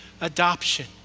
adoption